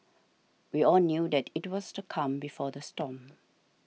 we all knew that it was the calm before the storm